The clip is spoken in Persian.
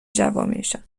جوامعشان